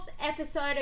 episode